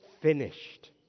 finished